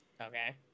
Okay